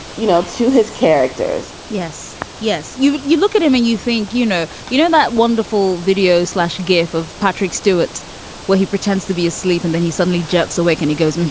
you know, to his characters yes. yes. you you look at him and you think, you know, you know that wonderful video slash gif of patrick stewart where he pretends to be asleep and then he suddenly jumps awake and he goes,